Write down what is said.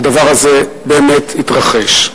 זה באמת התרחש.